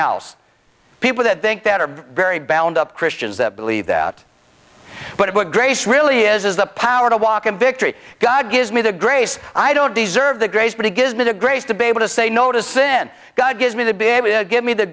else people that think that are very valid up christians that believe that but what grace really has is the power to walk in victory god gives me the grace i don't deserve the grace but it gives me the grace to be able to say no to sent god gives me to be able to give me the